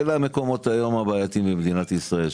אלה המקומות הבעייתיים היום במדינת ישראל.